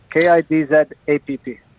K-I-D-Z-A-P-P